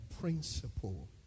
principle